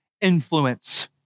influence